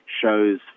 shows